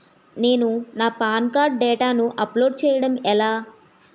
నేను నా PAN card డేటాను అప్లోడ్ చేయడం ఎలా?